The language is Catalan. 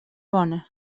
bona